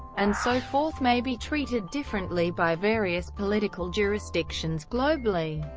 and so forth may be treated differently by various political jurisdictions globally,